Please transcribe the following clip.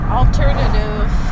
alternative